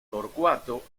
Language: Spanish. torcuato